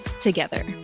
together